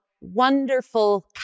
Wonderful